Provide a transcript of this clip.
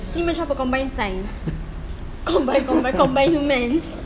ini macam apa combine science combine combine combine